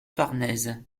farnèse